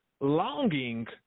longing